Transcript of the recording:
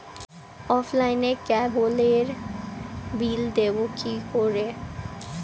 অফলাইনে ক্যাবলের বিল দেবো কি করে?